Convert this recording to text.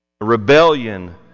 Rebellion